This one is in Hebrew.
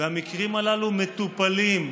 המקרים הללו מטופלים.